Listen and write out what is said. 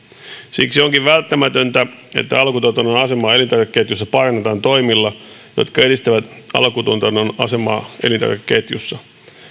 siksi onkin välttämätöntä että alkutuotannon asemaa elintarvikeketjussa parannetaan toimilla jotka edistävät alkutuotannon asemaa elintarvikeketjussa